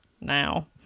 Now